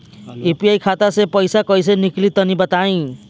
UPI खाता से पइसा कइसे निकली तनि बताई?